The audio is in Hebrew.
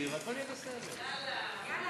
זה כתוב לך בתקציר.